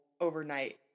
overnight